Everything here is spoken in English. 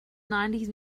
nineties